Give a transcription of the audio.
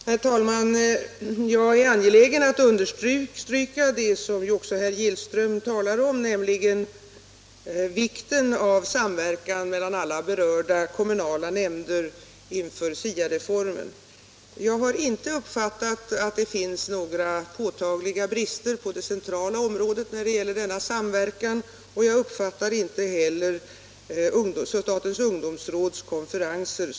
Herr talman! Jag är angelägen om att understryka det som också herr Gillström talar om, nämligen vikten av samverkan mellan alla berörda kommunala nämnder inför SIA-reformen. Jag har inte uppfattat att det finns några påtagliga brister på det centrala området när det gäller denna samverkan och jag uppfattar inte heller att det finns någon brist när det gäller statens ungdomsråds konferenser.